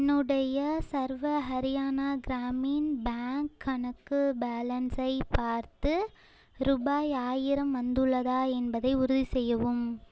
என்னுடைய சர்வ ஹரியானா கிராமின் பேங்க் கணக்கு பேலன்ஸை பார்த்து ரூபாய் ஆயிரம் வந்துள்ளதா என்பதை உறுதிசெய்யவும்